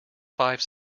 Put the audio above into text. five